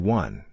one